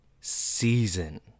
season